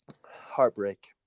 heartbreak